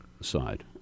side